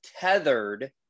tethered